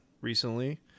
recently